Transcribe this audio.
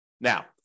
Now